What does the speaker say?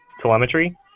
telemetry